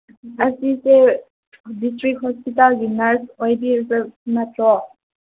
ꯑꯁꯤꯁꯦ ꯍꯧꯖꯤꯛ ꯊ꯭ꯔꯤ ꯍꯣꯁꯄꯤꯇꯥꯜꯒꯤ ꯅ꯭ꯔꯁ ꯑꯣꯏꯕꯤꯔ ꯅꯠꯇ꯭ꯔꯣ